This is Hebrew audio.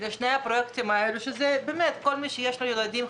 כל מי שיש לו ילדים,